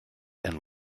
and